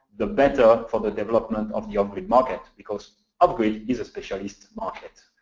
the better for the development of the off-grid market, because off-grid is a specialist market.